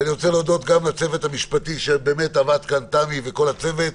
ואני רוצה להודות גם לצוות המשפטי תמי וכל הצוות,